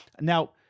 Now